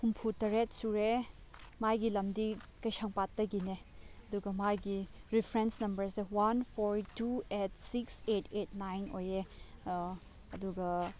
ꯍꯨꯝꯐꯨ ꯇꯔꯦꯠ ꯁꯨꯔꯦ ꯃꯥꯒꯤ ꯂꯝꯗꯤ ꯀꯩꯁꯥꯝꯄꯥꯠꯇꯒꯤꯅꯦ ꯑꯗꯨꯒ ꯃꯥꯒꯤ ꯔꯤꯐ꯭ꯔꯦꯟꯁ ꯅꯝꯕꯔꯁꯦ one four two eight six eight eight nine ꯑꯣꯏꯌꯦ ꯑꯗꯨꯒ